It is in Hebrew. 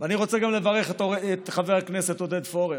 אני רוצה גם לברך את חבר הכנסת עודד פורר,